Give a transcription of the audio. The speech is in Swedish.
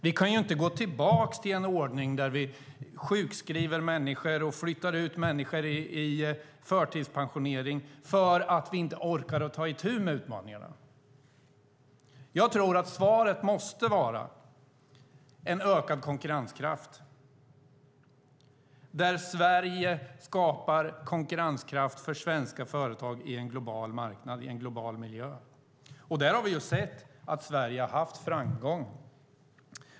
Vi kan inte gå tillbaka till en ordning där vi sjukskriver människor och flyttar ut människor i förtidspensionering för att vi inte orkar ta itu med utmaningarna. Svaret måste vara en ökad konkurrenskraft där Sverige skapar konkurrenskraft för svenska företag i en global marknad och en global miljö. Där har vi sett att Sverige har haft framgång.